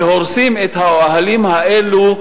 והורסים את האוהלים האלה,